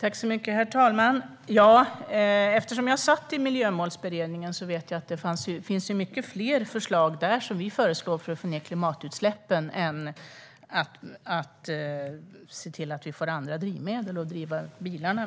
Herr talman! Eftersom jag satt i Miljömålsberedningen vet jag att det finns många fler förslag där för att få ned klimatutsläppen utöver att se till att vi får andra drivmedel för bilarna.